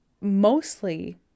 mostly